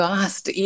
asked